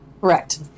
Correct